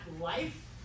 life